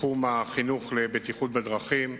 בתחום החינוך לבטיחות בדרכים.